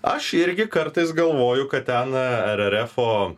aš irgi kartais galvoju kad ten ererefo